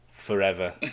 forever